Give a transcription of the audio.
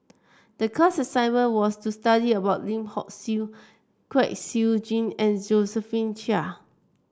the class assignment was to study about Lim Hock Siew Kwek Siew Jin and Josephine Chia